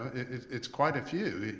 it's it's quite a few,